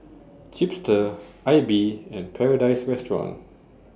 Chipster AIBI and Paradise Restaurant